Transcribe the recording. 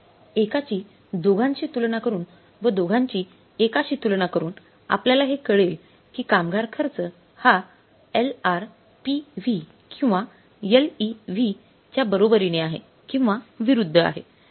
एकाची दोघांशी तुलना करून व दोघांची एकाशी तुलना करून आपल्याला हे कळेल कि कामगार खर्च हा LRPV किंवा LEV च्या बरोबरीने आहे किंवा विरुद्ध आहे